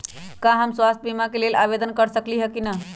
का हम स्वास्थ्य बीमा के लेल आवेदन कर सकली ह की न?